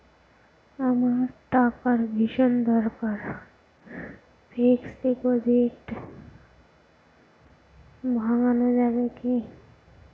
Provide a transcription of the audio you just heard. আমার টাকার ভীষণ দরকার ফিক্সট ডিপোজিট ভাঙ্গানো যাবে কি?